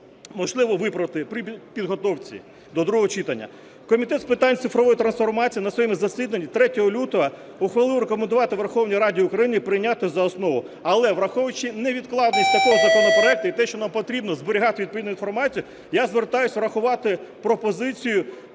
можливо виправити при підготовці до другого читання. Комітет з питань цифрової трансформації на своєму засіданні 3 лютого ухвалив: рекомендувати Верховній Раді України прийняти за основу. Але враховуючи невідкладність такого законопроекту, і те, що нам потрібно зберігати відповідну інформацію, я звертаюся врахувати пропозицію